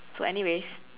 so anyways